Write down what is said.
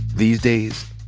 these days,